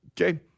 Okay